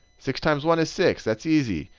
six times one is six. that's easy.